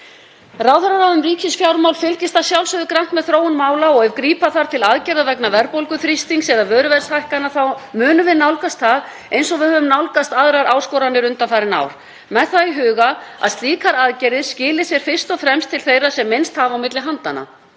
Ráðherraráð um ríkisfjármál fylgist að sjálfsögðu grannt með þróun mála. Ef grípa þarf til aðgerða vegna verðbólguþrýstings eða vöruverðshækkana munum við nálgast það, eins og við höfum nálgast aðrar áskoranir undanfarin ár, með það í huga að slíkar aðgerðir skili sér fyrst og fremst til þeirra sem minnst hafa á milli handanna.